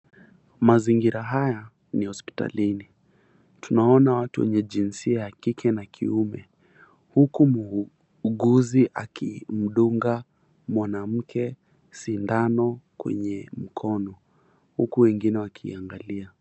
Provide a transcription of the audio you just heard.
Mazingira haya ni hospitalini tunaona watu wenye jinsia ya kike na kiume, huku muuguzi akimdunga mwanamke sindano kwenye mkono huku wengine wakiangalia.